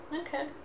Okay